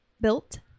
built